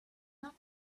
not